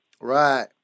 Right